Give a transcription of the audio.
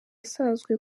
asanzwe